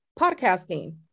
podcasting